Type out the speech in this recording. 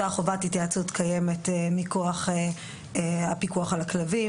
אותה חובת התייעצות קיימת מכוח הפיקוח הכלבים,